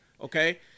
okay